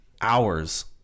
hours